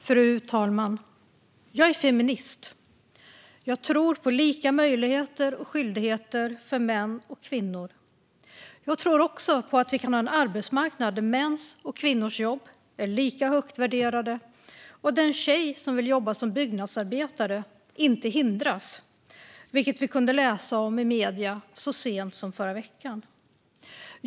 Fru talman! Jag är feminist - jag tror på lika möjligheter och skyldigheter för män och kvinnor. Jag tror också på att vi kan ha en arbetsmarknad där mäns och kvinnors jobb är lika högt värderade och där en tjej som vill jobba som byggnadsarbetare inte hindras, vilket vi kunde läsa om i medierna så sent som förra veckan.